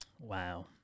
Wow